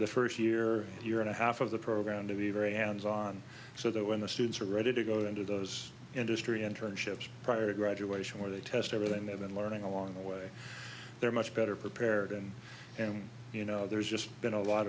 the first year year and a half of the program to be very hands on so that when the students are ready to go into those industry internships prior to graduation where they test everything they've been learning along the way they're much better prepared and and you know there's just been a lot